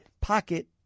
pocket